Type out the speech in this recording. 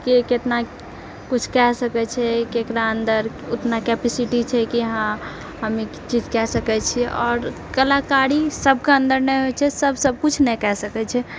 के कितना किछु कए सकैछेै केकरा अन्दर उतना कैपीसिटी छै कि हँ हम ई चीज कए सकै छिए आओर कलाकारी सबके अन्दर नहि होइछे सब सबकिछु नहि कए सकैछेै